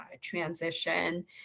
transition